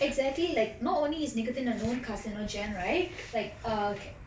exactly like not only is nicotine a known carcinogen right like